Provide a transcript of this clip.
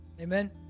Amen